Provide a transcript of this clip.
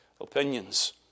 opinions